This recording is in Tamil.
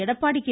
எடப்பாடி கே